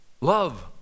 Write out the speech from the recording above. Love